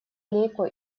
лейку